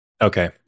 okay